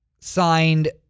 signed